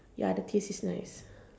ya the taste is nice